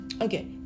Okay